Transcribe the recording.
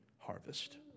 harvest